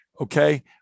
okay